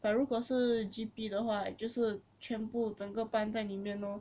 but 如果是 G_P 的话就是全部整个班在里面 lor